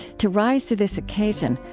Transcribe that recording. to rise to this occasion,